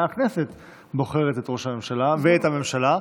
הכנסת בוחרת את ראש הממשלה ואת הממשלה.